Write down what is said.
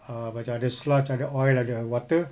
err macam ada sludge ada oil ada water